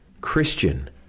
Christian